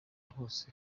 hose